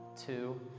two